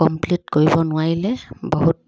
complete কৰিব নোৱাৰিলে বহুত